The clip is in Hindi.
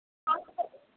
आठ सौ